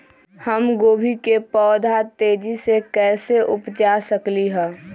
हम गोभी के पौधा तेजी से कैसे उपजा सकली ह?